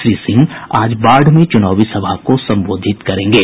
श्री सिंह आज बाढ़ में चुनावी सभा को संबोधित करेंगे